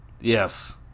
yes